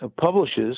publishes